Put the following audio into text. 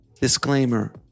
Disclaimer